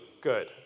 good